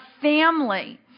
family